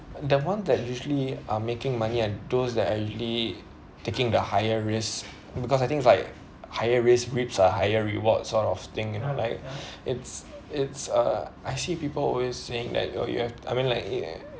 the one that usually are making money and those that allegedly taking the higher risk because I think is like higher risk reaps a higher reward sort of thing you know like it's it's uh I see people always saying that you you have I mean like